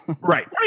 Right